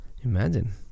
Imagine